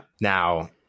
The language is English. Now